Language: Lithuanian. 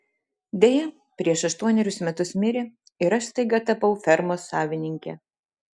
deja prieš aštuonerius metus mirė ir aš staiga tapau fermos savininke